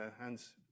hands